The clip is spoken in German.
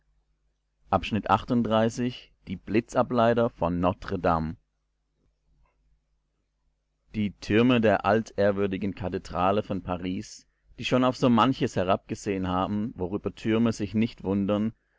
die blitzableiter von notre dame die türme der altehrwürdigen kathedrale von paris die schon auf so manches herabgesehen haben worüber türme sich nicht wundern